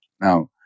Now